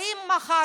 האם מחר,